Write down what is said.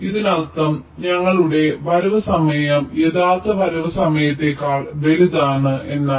ഇതിനർത്ഥം ഞങ്ങളുടെ വരവ് സമയം യഥാർത്ഥ വരവ് സമയത്തേക്കാൾ വലുതാണ് എന്നാണ്